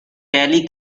tally